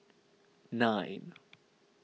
nine